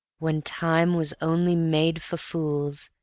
when time was only made for fools,